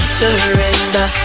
surrender